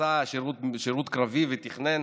עשה שירות קרבי ותכנן